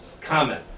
comment